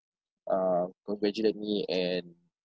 um congratulate me and